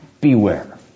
beware